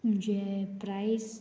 जे प्रायस